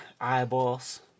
eyeballs